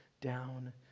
down